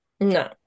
No